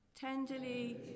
Tenderly